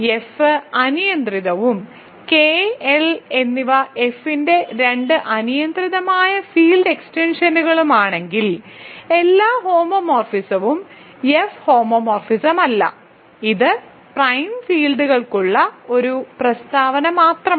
F അനിയന്ത്രിതവും K L എന്നിവ എഫിന്റെ രണ്ട് അനിയന്ത്രിതമായ ഫീൽഡ് എക്സ്റ്റൻഷനുകളാണെങ്കിൽ എല്ലാ ഹോമോമോർഫിസവും എഫ് ഹോമോമോർഫിസമല്ല ഇത് പ്രൈം ഫീൽഡുകൾക്കുള്ള ഒരു പ്രസ്താവന മാത്രമാണ്